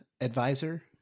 advisor